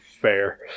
fair